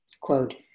Quote